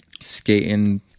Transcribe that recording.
skating